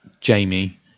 Jamie